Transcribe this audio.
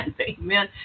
Amen